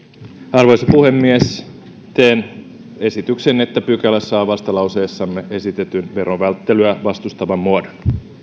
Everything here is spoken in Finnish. arvoisa puhemies teen esityksen että pykälä saa vastalauseessamme esitetyn verovälttelyä vastustavan muodon